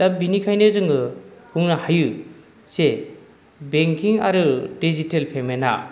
दा बिनिखायनो जोङो बुंनो हायो जे बेंकिं आरो दिजिटेल पेमेन्टा